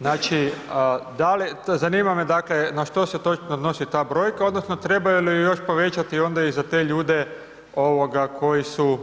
Znači, zanima me dakle na što se točno odnosi ta brojka odnosno trebaju li još povećati onda i za te ljude koji su